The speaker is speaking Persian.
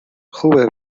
خوبه